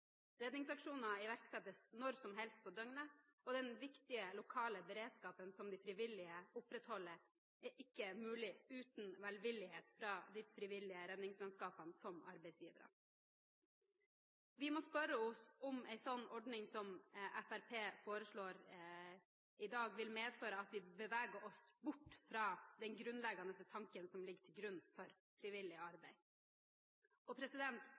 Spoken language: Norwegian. iverksettes når som helst på døgnet, og den viktige lokale beredskapen som de frivillige opprettholder, er ikke mulig uten velvillighet fra de frivillige redningsmannskapenes arbeidsgivere. Vi må spørre oss om en sånn ordning som Fremskrittspartiet foreslår i dag, vil medføre at vi beveger oss bort fra den grunnleggende tanken som ligger til grunn for frivillig arbeid.